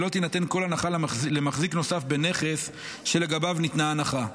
ולא תינתן כל הנחה למחזיק נוסף בנכס שלגביו ניתנה ההנחה".